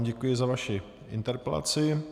Děkuji za vaši interpelaci.